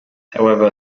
however